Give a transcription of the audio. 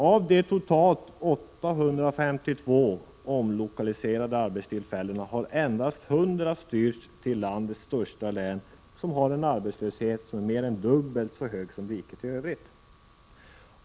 Av de totalt 852 omlokaliserade arbetena har endast 100 styrts till landets största län, som har en arbetslöshet som är mer än dubbelt så hög som i riket i övrigt.